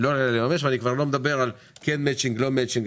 ואני כבר לא מדבר על כן מאצ'ינג או לא מאצ'ינג,